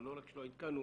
אבל לא רק שלא עדכנו,